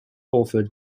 offered